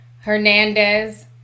Hernandez